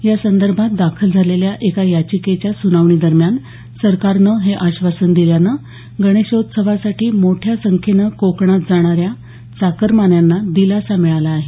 यासंदर्भात दाखल झालेल्या एका याचिकेच्या सुनावणी दरम्यान सरकारनं हे आश्वासन दिल्यानं गणेशोत्सवासाठी मोठ्या संख्येनं कोकणात जाणाऱ्या चाकरमान्यांना दिलासा मिळाला आहे